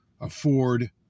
afford